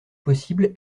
possible